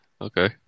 okay